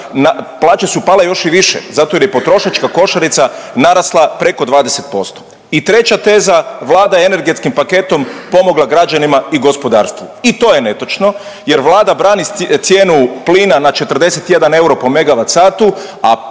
plaće su pale još i više zato jer je potrošačka košarica narasla preko 20%. I treća teza Vlada je energetskim paketom pomogla građanima i gospodarstvu i to je netočno jer Vlada brani cijenu plina na 41 euro po megavat satu,